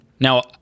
Now